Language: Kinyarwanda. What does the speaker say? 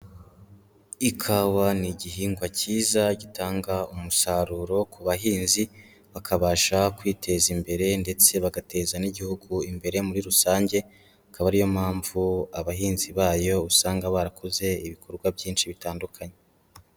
Ikawa ni igihingwa cyiza gitanga umusaruro ku bahinzi, bakabasha kwiteza imbere ndetse bagateza n'Igihugu imbere muri rusange, akaba ari yo mpamvu abahinzi bayo usanga barakoze ibikorwa byinshi bitandukanye.